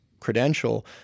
credential